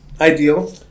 ideal